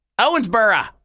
Owensboro